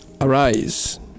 arise